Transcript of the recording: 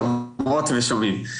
טוב, שומעות ושומעים,